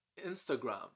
Instagram